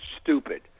stupid